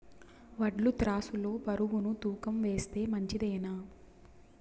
వడ్లు త్రాసు లో బరువును తూకం వేస్తే మంచిదేనా?